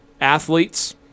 athletes